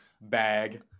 Bag